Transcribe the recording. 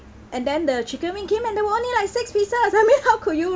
and then the chicken wing came in there only like six pieces I mean how could you